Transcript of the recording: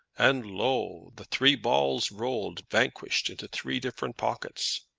and, lo, the three balls rolled vanquished into three different pockets.